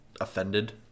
offended